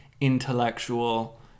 intellectual